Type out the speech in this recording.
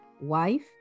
wife